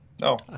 No